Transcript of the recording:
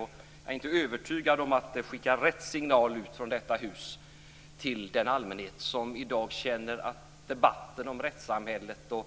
Jag är inte övertygad om att det skickar rätt signal ut från detta hus till den allmänhet som i dag känner att debatten om rättssamhället, eller